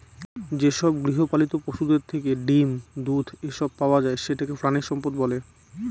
যেসব গৃহপালিত পশুদের থেকে ডিম, দুধ, এসব পাওয়া যায় সেটাকে প্রানীসম্পদ বলে